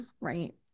Right